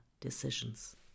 decisions